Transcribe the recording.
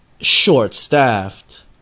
short-staffed